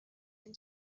and